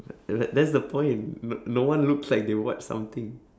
ya like that's the point n~ no one looks like they watch something